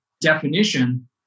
definition